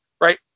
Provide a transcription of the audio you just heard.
right